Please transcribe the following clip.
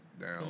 down